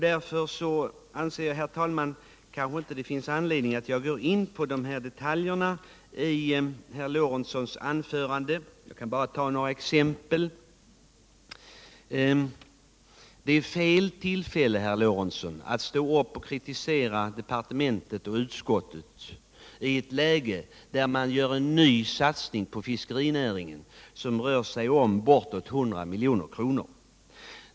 Därför anser jag, herr talman, att det kanske inte finns anledning att gå in på de här detaljerna i herr Lorentzons anförande. Jag skall bara ta några exempel. Det är fel tillfälle, herr Lorentzon, att stå upp och kritisera departement och utskott i ett läge då man gör en ny satsning på fiskerinäringen som rör sig om ca 100 milj.kr.